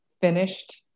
finished